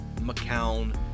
McCown